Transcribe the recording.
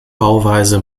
bauweise